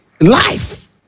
life